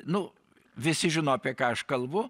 nu visi žino apie ką aš kalbu